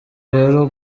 rero